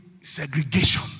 segregation